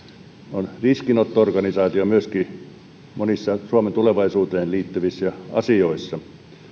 on myöskin riskinotto organisaatio monissa suomen tulevaisuuteen liittyvissä asioissa